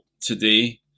today